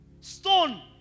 Stone